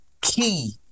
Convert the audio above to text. key